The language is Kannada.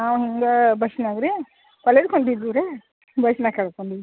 ನಾವು ಹೀಗೆ ಬಸ್ನ್ಯಾಗ ರೀ ಕಾಲೇಜ್ಗೆ ಹೊಂಟಿದ್ದೀವಿ ರೀ ಬಸ್ನಾಗ ಕಳ್ಕೊಂಡಿದ್ದು